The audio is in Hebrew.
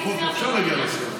לא בכל חוק אפשר להגיע להסכמה.